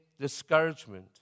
discouragement